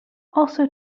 also